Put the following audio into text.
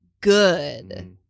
good